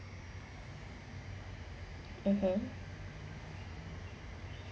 (uh huh)